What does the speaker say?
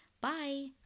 Bye